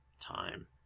Time